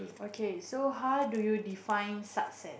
okay so how do you define success